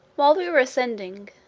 while we were ascending,